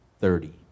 thirty